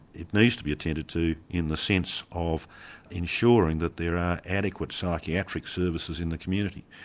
it needs to be attended to in the sense of ensuring that there are adequate psychiatric services in the community.